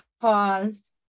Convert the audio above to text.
paused